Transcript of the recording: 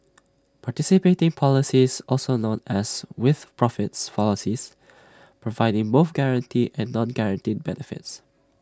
participating policies also known as with profits policies providing both guaranteed and non guaranteed benefits